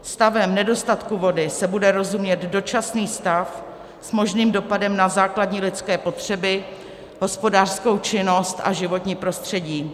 Stavem nedostatku vody se bude rozumět dočasný stav s možným dopadem na základní lidské potřeby, hospodářskou činnost a životní prostředí.